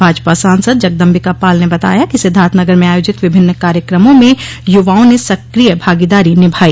भाजपा सांसद जगदम्बिका पाल ने बताया कि सिद्धार्थनगर में आयोजित विभिन्न कार्यक्रमों में युवाओं ने सक्रिय भागीदारी निभाई